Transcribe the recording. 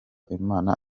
imana